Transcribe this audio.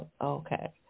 Okay